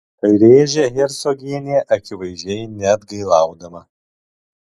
rėžia hercogienė akivaizdžiai neatgailaudama